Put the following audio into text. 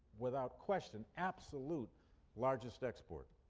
without question, absolute largest export.